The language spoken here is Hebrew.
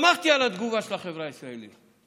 שמחתי על התגובה של החברה הישראלית.